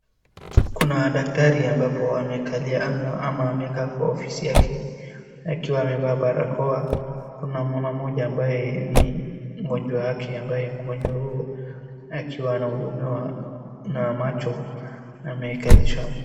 Kuna daktari ambapo amekalia ama amekaa kwa ofisi yake akiwa amevaa barakoa. Kuna mama mmoja ambaye ni mgonjwa wake ambaye mgonjwa huu akiwa anahudumiwa na macho amekalishwa.